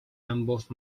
ambos